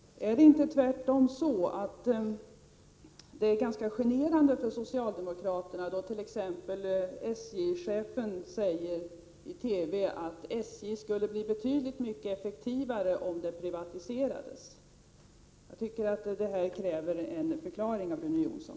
Är det inte tvärtom generande för socialdemokraterna då t.ex. SJ-chefeni TV uttalar att SJ skulle bli betydligt effektivare om det privatiserades? Jag tycker att detta kräver en förklaring av Rune Jonsson.